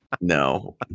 No